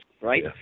right